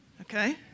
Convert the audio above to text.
Okay